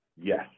yes